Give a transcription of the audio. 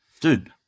dude